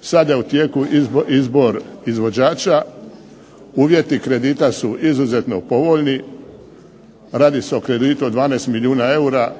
Sada je u tijeku izbor izvođača. Uvjeti kredita su izuzetno povoljni. Radi se o kreditu od 12 milijuna eura,